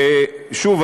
שוב,